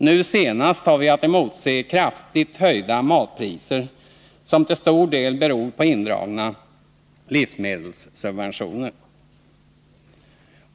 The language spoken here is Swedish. Nu närmast har vi att emotse kraftigt höjda matpriser, något som till stor del beror på indragna livsmedelssubventioner.